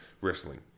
wrestling